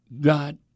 God